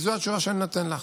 זו התשובה שאני נותן לך.